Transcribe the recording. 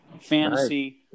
fantasy